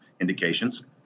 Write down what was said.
indications